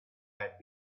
had